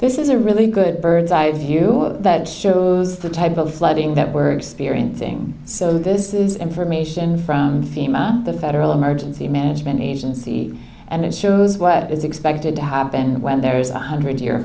this is a really good bird's eye view of that shows the type of flooding that we're experiencing so this is information from the federal emergency management agency and it shows what is expected to happen when there is a one hundred year